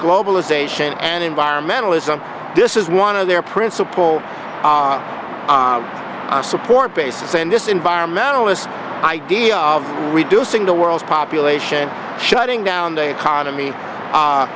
globalization and environmentalism this is one of their principle support bases and this environmentalist idea of reducing the world's population shutting down the economy